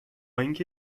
اینکه